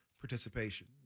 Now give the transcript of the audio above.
participation